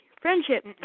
Friendship